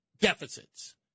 deficits